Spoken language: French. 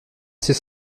c’est